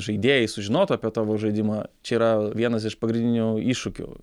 žaidėjai sužinotų apie tavo žaidimą čia yra vienas iš pagrindinių iššūkių